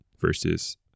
versus